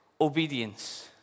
Obedience